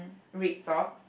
red socks